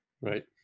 right